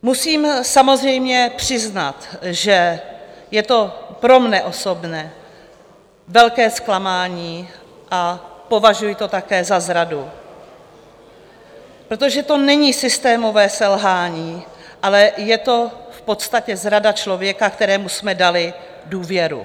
Musím samozřejmě přiznat, že je to pro mě osobně velké zklamání a považuji to také za zradu, protože to není systémové selhání, ale je to v podstatě zrada člověka, kterému jsme dali důvěru.